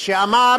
שאמר